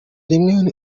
rimwe